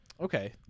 Okay